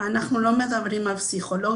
אנחנו לא מדברים על פסיכולוג,